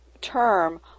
term